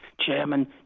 Chairman